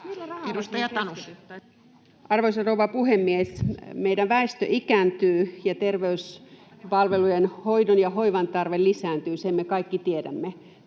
Arvoisa rouva puhemies! Meidän väestömme ikääntyy ja terveyspalvelujen, hoidon ja hoivan tarve lisääntyy, sen me kaikki tiedämme.